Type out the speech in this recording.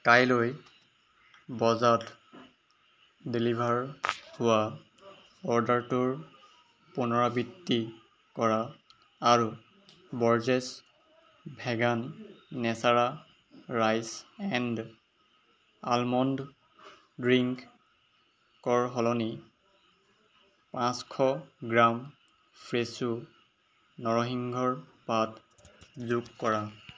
কাইলৈ বজাত ডেলিভাৰ হোৱা অৰ্ডাৰটোৰ পুনৰাবৃত্তি কৰা আৰু Borges vegan natura rice and almond ড্ৰিংকৰ সলনি পাঁচশ গ্ৰাম ফ্ৰেছো নৰসিংহৰ পাত যোগ কৰা